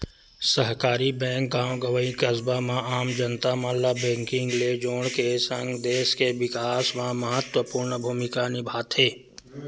सहकारी बेंक गॉव गंवई, कस्बा म आम जनता मन ल बेंकिग ले जोड़ के सगं, देस के बिकास म महत्वपूर्न भूमिका निभाथे